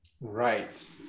Right